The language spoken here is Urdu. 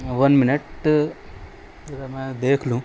ون منٹ ذرا میں دیکھ لوں